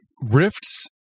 Rifts